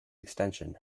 extension